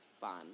fun